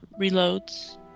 reloads